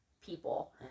people